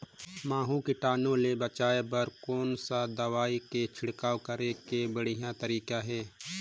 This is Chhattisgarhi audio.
महू कीटाणु ले बचाय बर कोन सा दवाई के छिड़काव करे के बढ़िया तरीका हे?